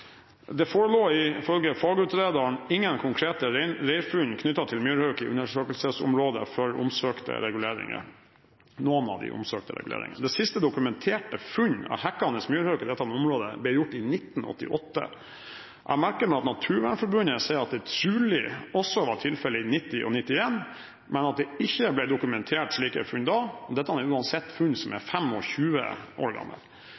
Det forelå ifølge fagutrederen ingen konkrete reirfunn knyttet til myrhauk i undersøkelsesområdet for noen av de omsøkte reguleringer. Det siste dokumenterte funnet av hekkende myrhauk i dette området ble gjort i 1988. Jeg merker meg at Naturvernforbundet sier at det trolig også var tilfelle i 1990 og 1991, men at det ikke ble dokumentert slike funn da. Dette er uansett funn som er